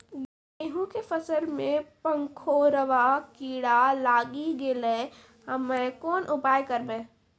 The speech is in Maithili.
गेहूँ के फसल मे पंखोरवा कीड़ा लागी गैलै हम्मे कोन उपाय करबै?